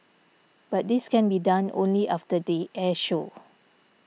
but this can be done only after the air show